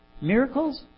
Miracles